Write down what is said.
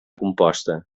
composta